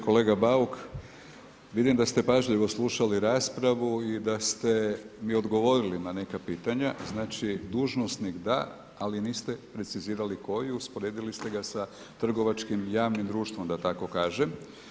Kolega Bauk, vidim da ste pažljivo slušali raspravu i da ste mi odgovorili i na neka pitanja, znači dužnosnik da, ali niste precizirali koji, usporedili ste ga trgovačkim javnim društvom, da tako kažem.